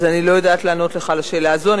אז אני לא יודעת לענות לך על השאלה הזאת.